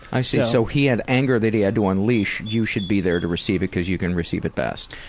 i see, so he had anger that he had to unleash, you should be there to receive it because you can receive it best.